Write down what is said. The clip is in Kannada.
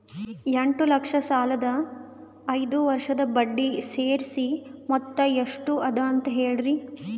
ಎಂಟ ಲಕ್ಷ ಸಾಲದ ಐದು ವರ್ಷದ ಬಡ್ಡಿ ಸೇರಿಸಿ ಮೊತ್ತ ಎಷ್ಟ ಅದ ಅಂತ ಹೇಳರಿ?